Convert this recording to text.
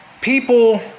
People